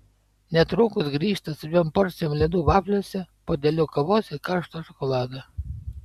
netrukus grįžta su dviem porcijomis ledų vafliuose puodeliu kavos ir karšto šokolado